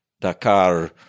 Dakar